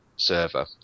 Server